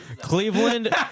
Cleveland